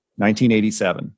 1987